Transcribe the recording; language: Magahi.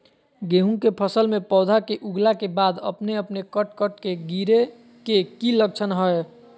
गेहूं के फसल में पौधा के उगला के बाद अपने अपने कट कट के गिरे के की लक्षण हय?